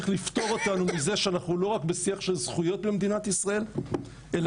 יחד עם זאת אנחנו מביאים כאן שני חוקים גם חוק שירות אזרחי לאומי וגם